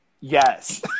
yes